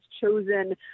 chosen